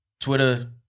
Twitter